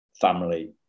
family